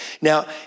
Now